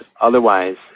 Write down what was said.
Otherwise